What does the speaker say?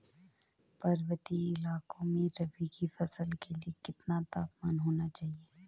पर्वतीय इलाकों में रबी की फसल के लिए कितना तापमान होना चाहिए?